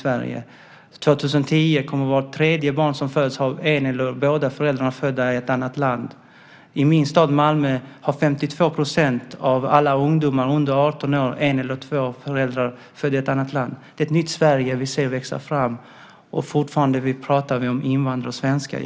År 2010 kommer vart tredje barn som föds att ha en eller båda föräldrarna födda i ett annat land. I min stad Malmö har 52 % av alla ungdomar under 18 år en eller två föräldrar födda i ett annat land. Det är ett nytt Sverige vi ser växa fram, och fortfarande pratar vi om invandrare och svenskar.